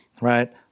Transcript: right